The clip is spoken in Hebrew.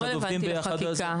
עובדים יחד -- זה לא רלוונטי לחקיקה.